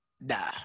Nah